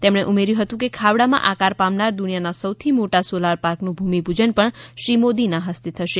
તેમણે ઉમેર્થું હતું કે ખાવડામાં આકાર પામનાર દુનિયાના સૌથી મોટા સોલર પાર્કનું ભૂમિપૂજન પણ શ્રી મોદીના હસ્તે થશે